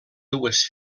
dues